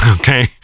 Okay